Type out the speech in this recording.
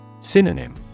Synonym